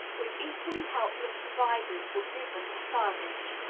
which equally helpless providers were driven to furnish!